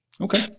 Okay